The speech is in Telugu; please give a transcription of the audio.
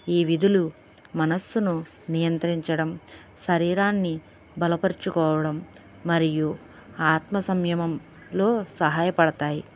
ఈ విధులు మనసును నియంత్రించడం శరీరాన్ని బలపరుచుకోవడం మరియు ఆత్మ సంయమంలో సహాయపడతాయి